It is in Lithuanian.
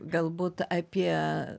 galbūt apie